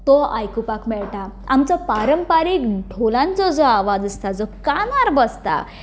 तो आयकूपाक मेळटा आमचो पारंपारीक धोलांचो आवाज आसता जो कानार बसता